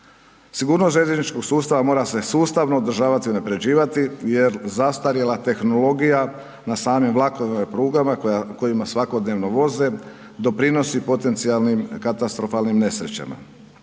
Sigurnost željezničkog sustava mora se sustavno održavati i unaprjeđivati jer zastarjela tehnologija na samim vlakovima i prugama kojima svakodnevno voze, doprinosi potencijalnim katastrofalnim nesrećama.